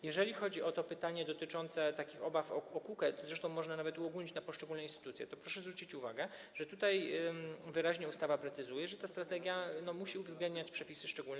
Jeżeli chodzi o to pytanie dotyczące takich obaw o KUKE, zresztą można to nawet uogólnić na poszczególne instytucje, to proszę zwrócić uwagę, że tutaj wyraźnie ustawa precyzuje, że ta strategia musi uwzględniać przepisy szczególne.